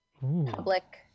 Public